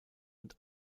und